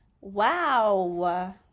wow